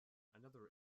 another